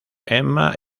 emma